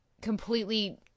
completely